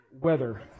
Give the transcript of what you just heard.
Weather